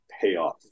payoff